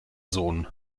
sohn